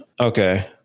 okay